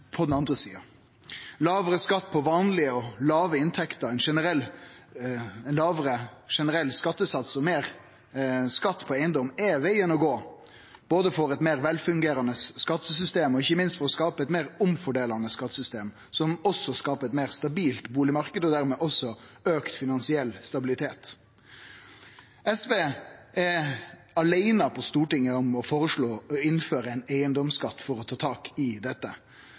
på den andre sida. Lågare skatt på vanlege og låge inntekter, ein lågare skattesats generelt, og meir skatt på eigedom er vegen å gå både for å få eit meir velfungerande skattesystem og ikkje minst for å skape eit meir omfordelande skattesystem, som også skaper ein meir stabil bustadmarknad og dermed også auka finansiell stabilitet. SV er aleine på Stortinget om å føreslå å innføre ein eigedomsskatt for å ta tak i dette,